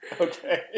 Okay